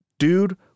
Dude